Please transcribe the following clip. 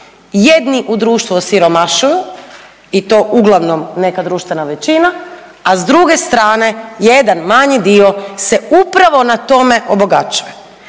jedni u društvu osiromašuju i to uglavnom neka društvena većina, a s druge strane jedan manji dio se upravo na tome obogaćuje,